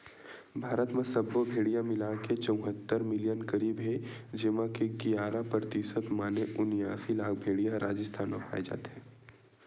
भारत म सब्बो भेड़िया मिलाके चउहत्तर मिलियन करीब हे जेमा के गियारा परतिसत माने उनियासी लाख भेड़िया ह राजिस्थान म पाए जाथे